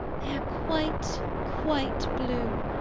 they are quite, quite, blue.